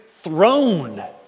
throne